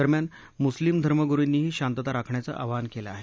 दरम्यान मुस्लिम धर्मगुरूंनीही शांतता राखण्याचं आवाहन केलं आहे